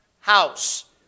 house